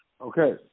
Okay